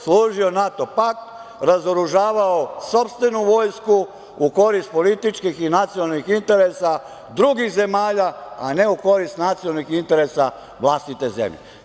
Služio je NATO pakt, razoružavao sopstvenu vojsku u korist političkih i nacionalnih interesa drugih zemalja, a ne u korist nacionalnih interesa vlastite zemlje.